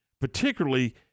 particularly